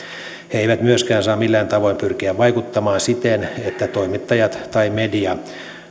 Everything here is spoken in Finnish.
he eivät myöskään saa millään tavoin pyrkiä vaikuttamaan siten että toimittajat tai media